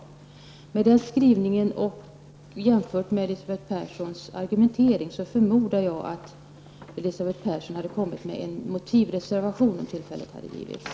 Om man jämför den skrivningen med Elisabeth Perssons argumentering förmodar jag att Elisabeth Persson hade kommit med en motivreservation om tillfälle hade givits.